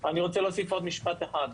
אני רוצה להוסיף עוד משפט אחד,